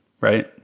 Right